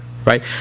Right